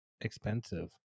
expensive